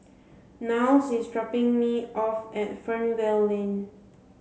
Niles is dropping me off at Fernvale Lane